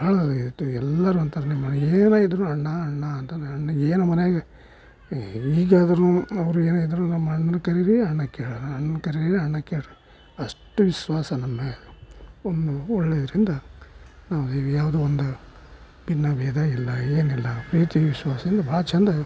ಭಾಳ ಇತ್ತು ಎಲ್ಲರೂ ಅಂತಾರೆ ನಿಮ್ಮ ಏನೇ ಇದ್ರೂ ಅಣ್ಣ ಅಣ್ಣ ಅಂತ ನನ್ನ ಅಣ್ಣಗೆ ಏನು ಮನೆಯಾಗೆ ಈಗಾದರೂ ಅವರು ಏನೇ ಇದ್ರೂ ನಮ್ಮ ಅಣ್ಣನ ಕರೀರಿ ಅಣ್ಣಗೆ ಕೇಳೋಣ ಅಣ್ಣಗೆ ಕರೀರಿ ಅಣ್ಣಗೆ ಕೇಳೋಣ ಅಷ್ಟು ವಿಶ್ವಾಸ ನಮ್ಮ ಮ್ಯಾಲ ಒಂದು ಒಳ್ಳೆಯಿದರಿಂದ ನಾವು ಯಾವುದೂ ಒಂದು ಭಿನ್ನ ಭೇದ ಇಲ್ಲ ಏನಿಲ್ಲ ಪ್ರೀತಿ ವಿಶ್ವಾಸದಿಂದ ಭಾಳ ಚಂದ